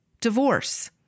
divorce